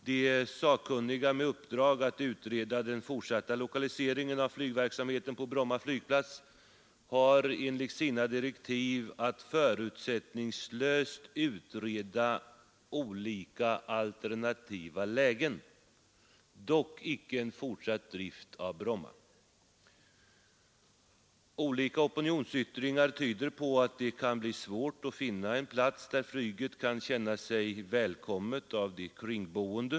De sakkunniga med uppdrag att utreda den fortsatta lokaliseringen av flygverksamheten på Bromma flygplats har enligt sina direktiv att förutsättningslöst pröva olika alternativa lägen, dock inte en fortsatt drift av Bromma. Olika opinionsyttringar tyder på att det kan bli svårt att finna en plats där flyget kan känna sig välkomnat av de kringboende.